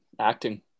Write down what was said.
acting